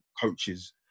coaches